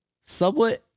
sublet